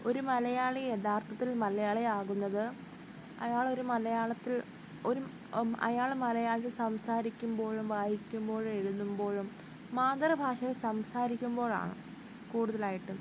ഒരു മലയാളി യഥാർത്ഥത്തിൽ മലയാളിയാകുന്നത് അയാളൊരു മലയാളത്തിൽ ഒരു അയാള് മലയാളത്തിൽ സംസാരിക്കുമ്പോഴും വായിക്കുമ്പോഴും എഴുതുമ്പോഴും മാതൃഭാഷയിൽ സംസാരിക്കുമ്പോഴാണ് കൂടുതലായിട്ടും